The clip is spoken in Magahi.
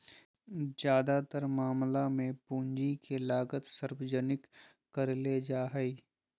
ज्यादातर मामला मे पूंजी के लागत सार्वजनिक करले जा हाई